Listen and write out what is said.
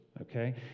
okay